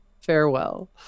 Farewell